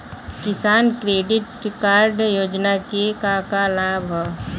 किसान credit card योजना के का का लाभ ह?